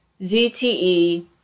ZTE